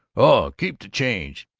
oh, keep the change,